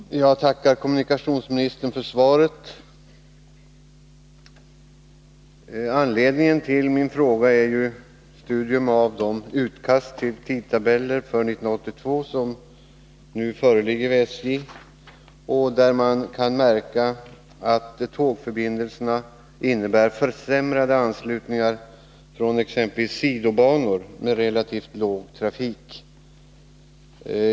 Herr talman! Jag tackar kommunikationsministern för svaret. Anledningen till min fråga är studium av de utkast till tidtabeller för 1982 som nu föreligger vid SJ. Där kan man märka att tågförbindelserna innebär försämrade anslutningar från exempelvis sidobanor med relativt låg trafik.